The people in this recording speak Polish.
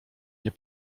nie